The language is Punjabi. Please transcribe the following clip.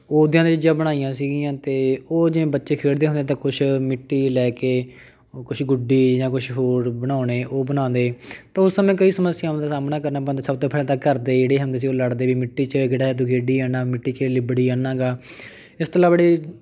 ਓਦਾਂ ਦੀਆਂ ਚੀਜ਼ਾਂ ਬਣਾਈਆਂ ਸੀਗੀਆਂ ਅਤੇ ਉਹ ਜਿਵੇਂ ਬੱਚੇ ਖੇਡਦੇ ਹੁੰਦੇ ਆ ਤਾਂ ਕੁਛ ਮਿੱਟੀ ਲੈ ਕੇ ਕੁਛ ਗੁੱਡੀ ਜਾਂ ਕੁਛ ਹੋਰ ਬਣਾਉਣੇ ਉਹ ਬਣਾਉਂਦੇ ਤਾਂ ਉਸ ਸਮੇਂ ਕਈ ਸਮੱਸਿਆਵਾਂ ਦਾ ਸਾਹਮਣਾ ਕਰਨਾ ਪੈਂਦਾ ਸਭ ਤੋਂ ਪਹਿਲਾਂ ਤਾਂ ਘਰਦੇ ਜਿਹੜੇ ਹੁੰਦੇ ਸੀ ਉਹ ਲੜਦੇ ਵੀ ਮਿੱਟੀ 'ਚ ਕਿਹੜਾ ਹੈ ਤੂੰ ਖੇਡੀ ਜਾਂਦਾ ਮਿੱਟੀ 'ਚ ਲਿਬੜੀ ਜਾਂਦਾ ਗਾ ਇਸ ਤੋਂ ਇਲਾਵਾ ਜਿਹੜੇ